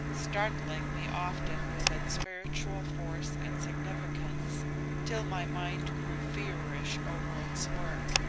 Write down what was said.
startling me often with its spiritual force and significance till my mind grew feverish over its work,